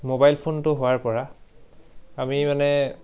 mobile ফোনটো হোৱাৰ পৰা আমি মানে